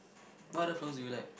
what other flowers do you like